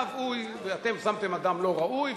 אתם שמתם אדם לא ראוי,